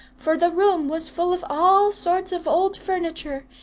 for the room was full of all sorts of old furniture,